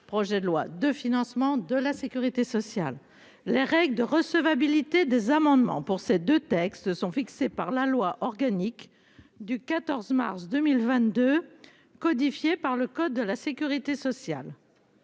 projet de loi de financement de la Sécurité sociale. Les règles de recevabilité des amendements pour ces 2 textes sont fixées par la loi organique du 14 mars 2022 codifié par le code de la sécurité sociale.